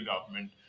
government